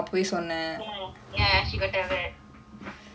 oh ya ya she got tell that ya